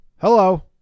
Hello